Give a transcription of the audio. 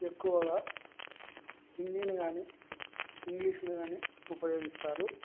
ఎక్కువగా హిందీని గాని ఇంగ్లీష్ను గాని ఉపయోగిస్తారు